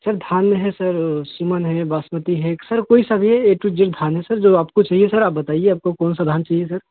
sir धान में है सर सुमन है बासमती है क सर कोई सा भी है ए टु जेड धान है सर जो आपको चाहिए सर आप बताइए आपको कौनसा धान चाहिए सर